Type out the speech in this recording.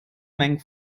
mengen